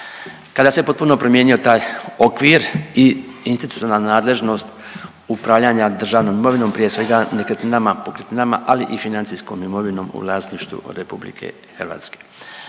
kada se potpuno promijenio taj okvir i institucionalna nadležnost upravljanja državnom imovinom prije svega nekretninama, pokretninama ali i financijskom imovinom u vlasništvu RH. Tim zakonom